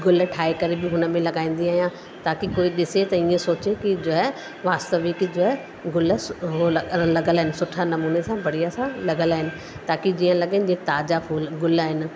गुल ठाहे करे बि हुन में लॻाईंदी आहियां ताकि कोई ॾिसे त इअं सोचे कि जो आहे वास्तविक जो आहे गुल लॻियल आहिनि सुठा नमूने सां बढ़िया सां लॻियल आहिनि ताकि जीअं लॻेन जे ताज़ा फूल गुल आहिनि